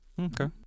Okay